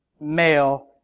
male